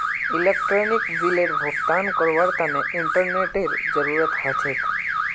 electronic बिलेर भुगतान करवार तने इंटरनेतेर जरूरत ह छेक